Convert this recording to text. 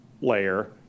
layer